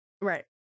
Right